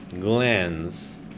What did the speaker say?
glands